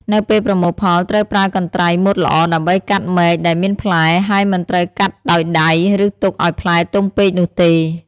នៅពេលប្រមូលផលត្រូវប្រើកន្ត្រៃមុតល្អដើម្បីកាត់មែកដែលមានផ្លែ ហើយមិនត្រូវកាច់ដោយដៃ ឬទុកឱ្យផ្លែទុំពេកនោះទេ។